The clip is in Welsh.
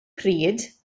pryd